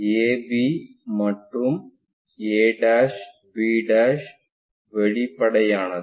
ab மற்றும் a b வெளிப்படையானது